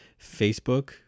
Facebook